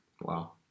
Wow